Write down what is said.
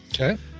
Okay